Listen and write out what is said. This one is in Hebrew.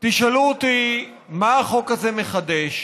תשאלו אותי, מה החוק הזה מחדש?